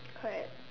correct